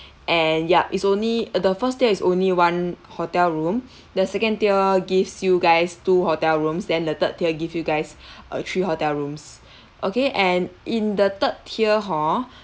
and yup it's only uh the first tier is only one hotel room the second tier gives you guys two hotel rooms then the third tier give you guys uh three hotel rooms okay and in the third tier hor